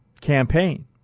campaign